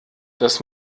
das